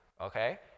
okay